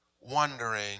wondering